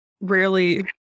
rarely